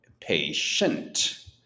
patient